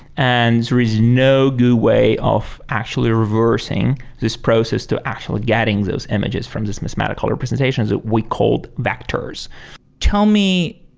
and there's no good way of actually reversing this process to actually getting those images from this mathematical representations that we called vectors tell me,